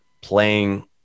playing